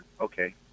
okay